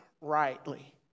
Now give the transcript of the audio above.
rightly